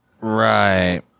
Right